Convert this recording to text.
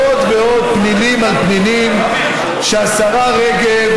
עוד ועוד פנינים על פנינים שהשרה רגב